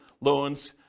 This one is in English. loans